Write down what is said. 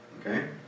okay